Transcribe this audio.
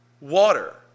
water